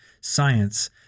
science